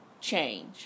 change